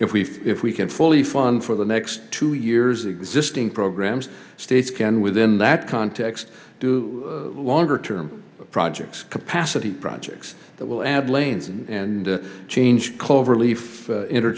if we if we can't fully fund for the next two years ago existing programs states can within that context do longer term projects capacity projects that will add lanes and change cloverleaf inter